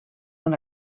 than